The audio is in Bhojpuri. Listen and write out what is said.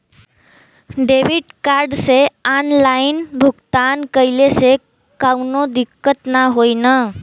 डेबिट कार्ड से ऑनलाइन भुगतान कइले से काउनो दिक्कत ना होई न?